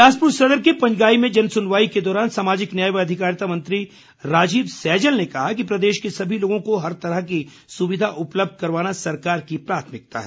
बिलासपुर सदर के पंजगाई में जनसुनवाई के दौरान सामाजिक न्याय व अधिकारिता मंत्री राजीव सैजल ने कहा कि प्रदेश के सभी लोगों को हर तरह की सुविधा उपलब्ध करवाना सरकार की प्राथमिकता है